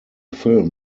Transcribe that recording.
film